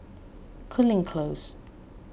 Cooling Close